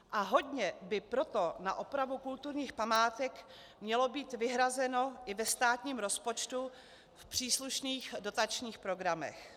A hodně by proto na opravu kulturních památek mělo být vyhrazeno i ve státním rozpočtu v příslušných dotačních programech.